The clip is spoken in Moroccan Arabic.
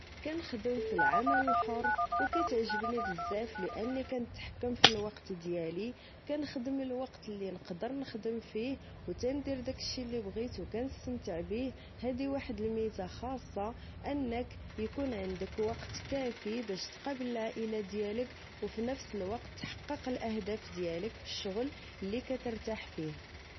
كنخدم فالعمل الحر أو كتعجبني بزاف لأني كنتحكم فالوقت ديالي كنخدم الوقت لي نقدر نخدم فيه أو تندير داكشي لي بغيت أو كنستمتع بيه هادي واحد الميزة خاصة أنك إيكون عندك وقت كافي باش تقابل العائلة ديالك أو فنفس الوقت تحقق الأهداف ديالك بالشغل لي كترتاح فيه